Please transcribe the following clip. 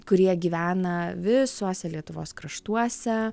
kurie gyvena visuose lietuvos kraštuose